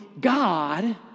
God